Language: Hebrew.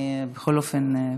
בכל אופן,